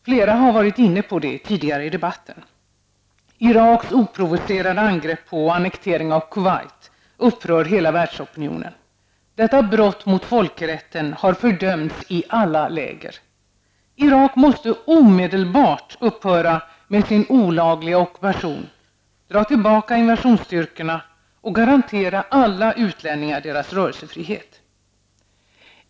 Flera tidigare talare i debatten har varit inne på det. Kuwait upprör hela världsopinionen. Detta brott mot folkrätten har fördömts i alla läger. Irak måste omedelbart upphöra med sin olagliga ockupation, dra tillbaka invasionsstyrkorna och garantera alla utlänningar deras rörelsefrihet.